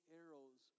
arrows